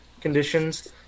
conditions